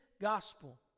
gospel